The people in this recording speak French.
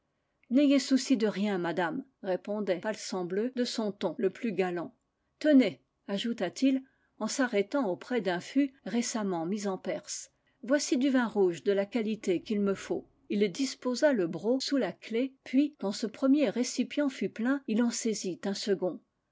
n'ayez souci de rien madame répondait palsambleu de son ton le plus galant tenez ajouta-t-il en s'arrêtant auprès d'un fût récemment mis en perce voici du vin rouge de la qualité qu'il me faut il disposa le broc sous la clef puis quand ce premier récipient fut plein il en saisit un second